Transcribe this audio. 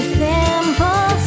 simple